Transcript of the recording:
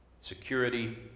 Security